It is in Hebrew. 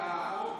אני מצטער,